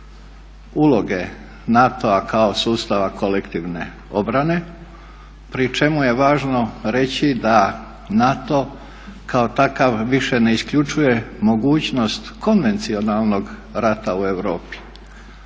uloge NATO-a kao sustava kolektivne obrane pri čemu je važno reći da NATO kao takav više ne isključuje mogućnost konvencionalnog rata u Europi.